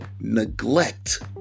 neglect